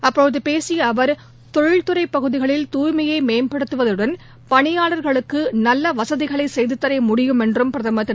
அப்போது பேசிய அவர் தொழில்துறை பகுதிகளில் தூய்மையை மேம்படுத்துவதுடன் பணியாளர்களுக்கு நல்ல வசதிகளை செய்துதர முடியும் என்றும் பிரதமர் திரு